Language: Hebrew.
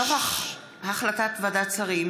נוכח החלטת ועדת שרים